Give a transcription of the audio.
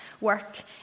work